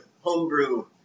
homebrew